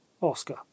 Oscar